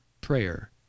prayer